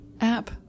app